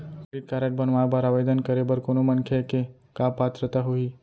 Credit card बनवाए बर आवेदन करे बर कोनो मनखे के का पात्रता होही?